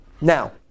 Now